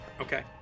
okay